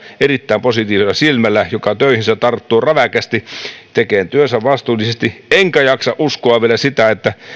erittäin positiivisella silmällä sellaista työntekijää joka töihinsä tarttuu räväkästi ja tekee työnsä vastuullisesti enkä jaksa uskoa vielä sitä että